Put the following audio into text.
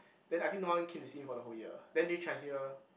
then I think no one came to see him for the whole year then this Chinese New Year